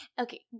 okay